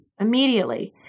immediately